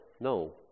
no